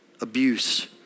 abuse